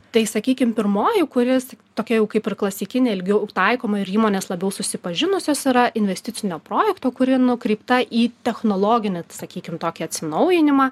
tai sakykim pirmoji kuri tokia kaip ir klasikinė ilgiau taikoma ir įmonės labiau susipažinusios yra investicinio projekto kuri nukreipta į technologinį sakykim tokį atsinaujinimą